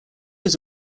was